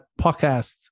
podcast